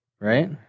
right